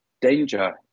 danger